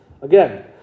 Again